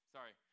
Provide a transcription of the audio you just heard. Sorry